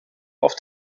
auf